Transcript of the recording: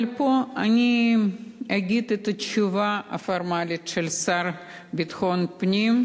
אבל כאן אגיד את התשובה הפורמלית של השר לביטחון פנים,